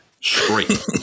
Straight